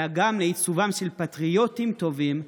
אלא גם לעיצובם של פטריוטים טובים,